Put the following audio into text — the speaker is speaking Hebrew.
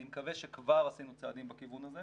אני מקווה שכבר עשינו צעדים בכיוון הזה